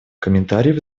комментариев